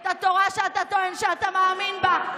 את התורה שאתה טוען שאתה מאמין בה.